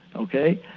ok?